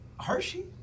Hershey